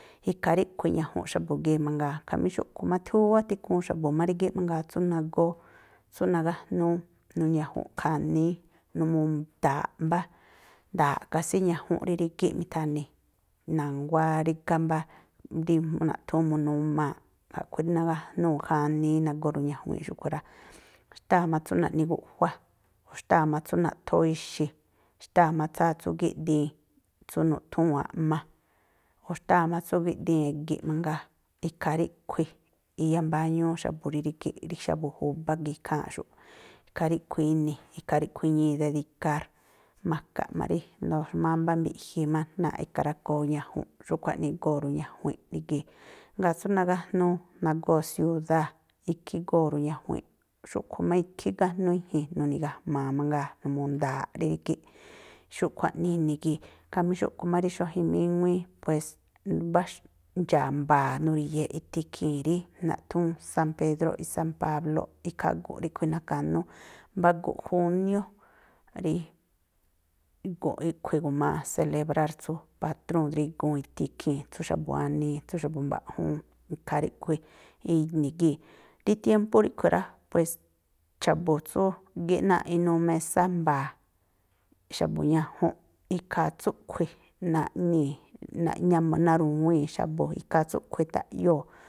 Ikhaa ríꞌkhui̱ iñajunꞌ xa̱bu̱ gii̱ mangaa. Jamí xúꞌkhui̱ má júwá tikhuun xa̱bu̱ má rígíꞌ mangaa tsú nagóó, tsú nagájnúú nuñajunꞌ khaníí, numuu nda̱a̱ꞌ mbá, nda̱a̱ꞌ kásí ñajunꞌ rí rígíꞌ mi̱tha̱ni̱. Na̱nguá rígá mbá rí naꞌthúún mu̱numaa̱ꞌ, a̱ꞌkhui̱ rí nagájnúu̱ jaꞌníí nagóo̱ ruñajuinꞌ xúꞌkhui̱ rá. Xtáa̱ má tsú naꞌni guꞌjuá, xtáa̱ má tsú naꞌthóó ixi̱, xtáa̱ má tsáá tsú gíꞌdiin tsú nuthúu̱n a̱ꞌma, o̱ xtáa̱ má tsú gíꞌdiin e̱gi̱ꞌ mangaa, ikhaa ríꞌkhui̱ iyambáñúú xa̱bu̱ rí rígíꞌ, rí xa̱bu̱ júbá gii̱ ikháa̱nꞌxu̱ꞌ. Ikhaa ríꞌkhui̱ ini̱. Ikhaa ríꞌkhui̱ iñii̱ dedikár. Makaꞌ má rí mámbá mbiꞌji má náa̱ꞌ e̱ka̱rákoo ñajunꞌ, xúꞌkhui̱ jaꞌnii igóo̱ ruñajuinꞌ rí gii̱ꞌ. Jngáa̱ tsú nagájnúú, nagóo̱ siudáa̱, ikhí igóo̱ ruñajuinꞌ. Xúꞌkhui̱ má ikhí igájnúú i̱ji̱n nuni̱gajma̱a̱ mangaa, numuu nda̱a̱ꞌ rí rígíꞌ. Xúꞌkhui̱ jaꞌnii ini̱ gii̱ꞌ. Khamí xúꞌkhui̱ má rí xuajin míŋuíí, pues mbá ndxaa̱ mbaa̱ nuri̱ye̱ꞌ ithi ikhii̱n rí naꞌthúún san pédróꞌ i san páblóꞌ, ikhaa gu̱nꞌ ríꞌkhui̱ na̱ka̱nú mbá gu̱nꞌ júniú rí gu̱nꞌ ríꞌkhui̱ igu̱maa selebrár tsú patrúu̱n dríguu̱n ithi ikhii̱n, tsú xa̱bu̱ wanii, tsú xa̱bu̱ mba̱ꞌju̱un. Ikhaa ríꞌkhui̱ ini̱ gii̱. Rí tiémpú ríꞌkhui̱ rá, pues xa̱bu̱ tsú gíꞌ náa̱ꞌ inuu mésá mbaa̱, xa̱bu̱ ñajunꞌ, ikhaa tsúꞌkhui̱, naꞌnii̱ naru̱wii̱n xa̱bu̱, ikhaa tsúꞌkhui̱ ndaꞌyoo̱.